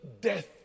death